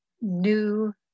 new